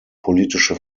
politische